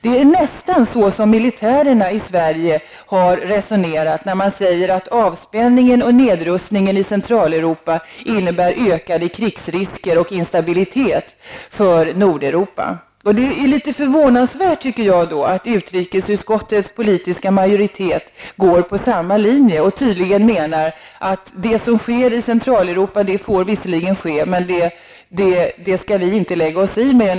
Det är nästan så som militärerna i Sverige har resonerat när man säger att avspänning och nedrustning i Centraleuropa innebär ökade krigsrisker och instabilitet för Nordeuropa. Det är litet förvånansvärt, tycker jag, att utrikesutskottets politiska majoritet går på samma linje. Man menar tydligen att det som sker i Centraleuropa visserligen får ske, men att vi inte skall lägga oss i det.